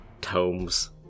tomes